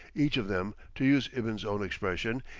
each of them, to use ibn's own expression,